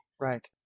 Right